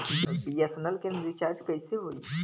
BSNL के recharge कैसे होयी?